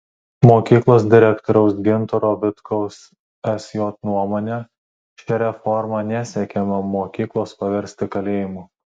mokyklos direktoriaus gintaro vitkaus sj nuomone šia reforma nesiekiama mokyklos paversti kalėjimu